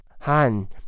Han